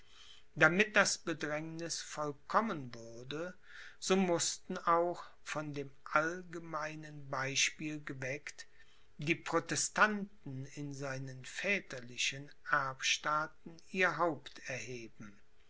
damit das bedrängniß vollkommen würde so mußten auch von dem allgemeinen beispiel geweckt die protestanten in seinen väterlichen erbstaaten ihr haupt erheben